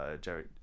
Jerry